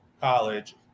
college